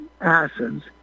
acids